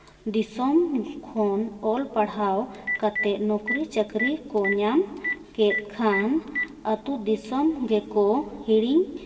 ᱫᱤᱥᱚᱢ ᱠᱷᱚᱱ ᱚᱞ ᱯᱟᱲᱦᱟᱣ ᱠᱟᱛᱮᱫ ᱱᱩᱠᱨᱤ ᱪᱟᱹᱠᱨᱤ ᱠᱚ ᱧᱟᱢ ᱠᱮᱫ ᱠᱷᱟᱱ ᱟᱛᱳ ᱫᱤᱥᱚᱢ ᱜᱮᱠᱚ ᱦᱤᱲᱤᱧ